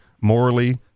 morally